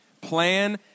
plan